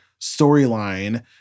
storyline